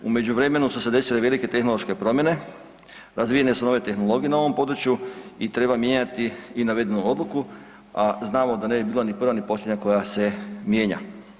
U međuvremenu su se desile velike tehnološke promjene, razvijene su nove tehnologije na ovom području i treba mijenjati i navedenu odluku, a znamo da ne bi bila ni prva ni posljednja koja se mijenja.